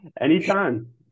Anytime